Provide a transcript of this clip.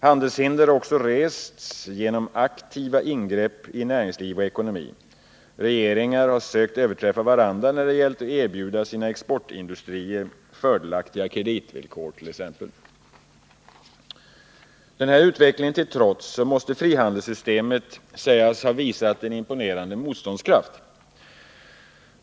Handelshinder har också rests genom aktiva ingrepp i näringsliv och ekonomi. Regeringar har sökt överträffa varandra, t.ex. när det gällt att erbjuda sina exportindustrier fördelaktiga kreditvillkor. Den här utvecklingen till trots måste frihandelssystemet sägas ha visat en imponerande motståndskraft.